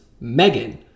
Megan